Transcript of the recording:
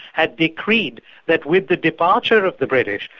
had decreed that with the departure of the british,